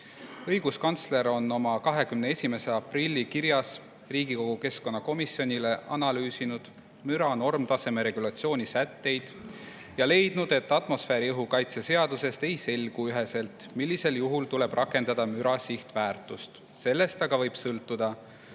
Õiguskantsler on oma 21. aprilli kirjas Riigikogu keskkonnakomisjonile analüüsinud müra normtaseme regulatsiooni sätteid ja leidnud, et atmosfääriõhu kaitse seadusest ei selgu üheselt, millisel juhul tuleb rakendada müra sihtväärtust. Sellest aga võib sõltuda,